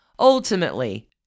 Ultimately